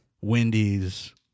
Wendy's